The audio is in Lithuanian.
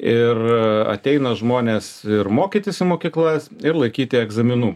ir ateina žmonės ir mokytis į mokyklas ir laikyti egzaminų